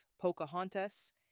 Pocahontas